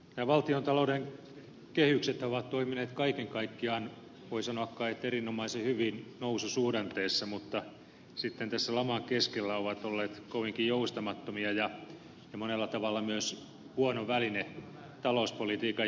nämä valtiontalouden kehyksethän ovat toimineet kaiken kaikkiaan voi kai sanoa erinomaisen hyvin noususuhdanteessa mutta ovat sitten tässä laman keskellä olleet kovinkin joustamattomia ja monella tavalla myös huono väline talouspolitiikan johtamiseen